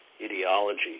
ideology